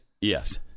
yes